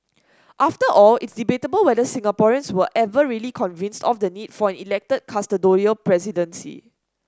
after all it's debatable whether Singaporeans were ever really convinced of the need for elected custodial presidency